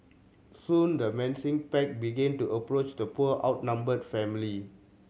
soon the menacing pack began to approach the poor outnumbered family